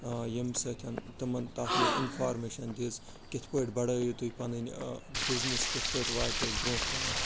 ییٚمۍ سۭتۍ تِمن تتھ منٛز اِنفارمیشن دِژ کِتھ پٲٹھۍ بَڑٲیِو تُہۍ پنٕنۍ بِزنِس کِتھ پٲٹھۍ واتہِ تُہۍ برٛونٛہہ کُنَتھ